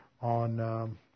on